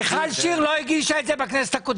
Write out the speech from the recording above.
מיכל שיר לא הגישה את זה בכנסת הקודמת.